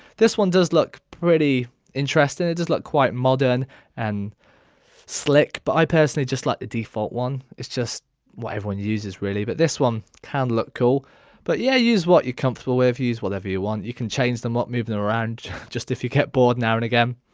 this one does look pretty interesting it does look quite modern and slick but i personally just like the default one it's just what everyone uses really but this one can look cool but yeah use what you're comfortable with use whatever you want. you can change them up move them around just if you get bored now and again.